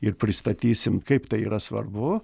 ir pristatysim kaip tai yra svarbu